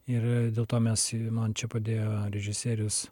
ir dėl to mes man čia padėjo režisierius